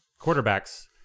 quarterbacks